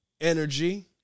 energy